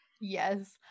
Yes